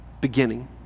beginning